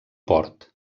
port